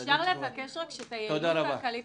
האם אפשר לבקש להעביר את היעילות הכלכלית